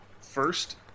first